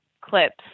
clips